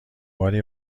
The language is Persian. باری